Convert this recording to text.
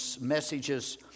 messages